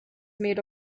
made